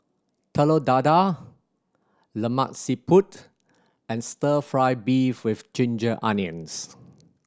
Telur Dadah Lemak Siput and Stir Fry beef with ginger onions